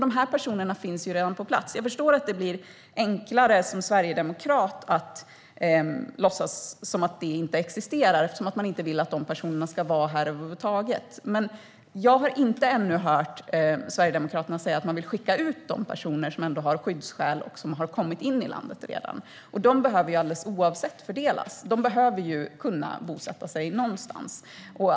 De här personerna finns redan på plats. Jag förstår att det är enklare för en sverigedemokrat att låtsas som om de inte existerar eftersom man inte vill att de ska vara här över huvud taget, men jag har ännu inte hört Sverigedemokraterna säga att man vill skicka ut de personer som har skyddsskäl och som redan har kommit in i landet. De behöver fördelas alldeles oavsett. De behöver kunna bosätta sig någonstans.